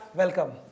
welcome